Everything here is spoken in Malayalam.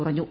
കുറഞ്ഞു